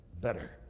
better